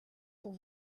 pour